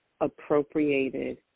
appropriated